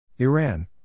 Iran